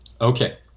Okay